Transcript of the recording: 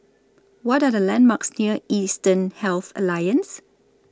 What Are The landmarks near Eastern Health Alliance